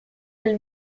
del